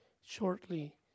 shortly